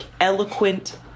eloquent